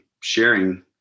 sharing